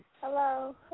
Hello